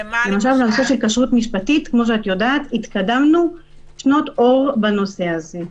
כשרות משפטית התקדמנו שנות אור בנושא הזה.